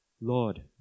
Lord